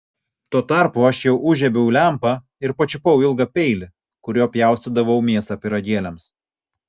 tuo tarpu aš jau užžiebiau lempą ir pačiupau ilgą peilį kuriuo pjaustydavau mėsą pyragėliams